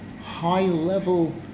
high-level